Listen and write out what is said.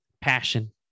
Passion